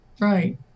Right